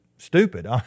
stupid